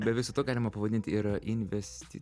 be viso to galima pavadinti ir investi